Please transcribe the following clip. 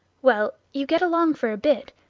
well, you get along for a bit,